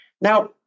Now